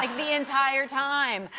like the entire time.